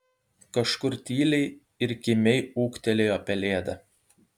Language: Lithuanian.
kažkur tyliai ir kimiai ūktelėjo pelėda